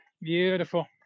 beautiful